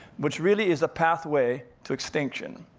which really is a pathway to extinction.